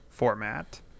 format